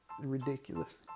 ridiculous